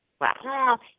Wow